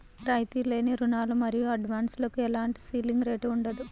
రాయితీ లేని రుణాలు మరియు అడ్వాన్సులకు ఎలాంటి సీలింగ్ రేటు ఉండదు